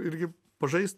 irgi pažaist